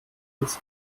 disco